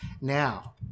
now